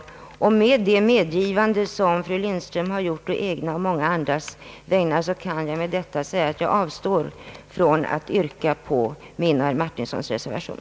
Med hänsyn till det medgivande som fru Lindström har gjort på egna och på många andras vägnar kan jag avstå från att yrka bifall till min och herr Martinssons reservation.